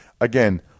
again